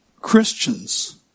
Christians